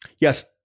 Yes